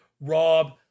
rob